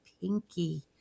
Pinky